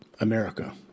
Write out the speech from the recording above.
America